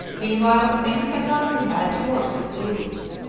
meanwhile, things had gone from bad to worse with the youth,